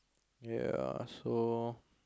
ya so